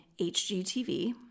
HGTV